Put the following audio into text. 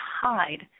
hide